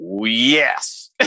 Yes